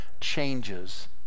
changes